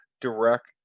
direct